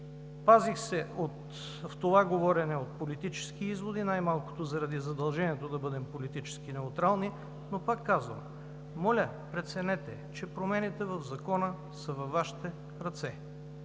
пазих се от това говорене – от политически изводи, най-малкото заради задължението да бъдем политически неутрални, но пак казвам: моля, преценете, че промените в Закона са във Вашите ръце.